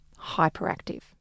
hyperactive